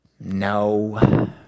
No